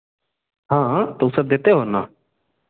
हाँ हाँ तो वह सब देते हो ना